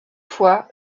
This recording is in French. fois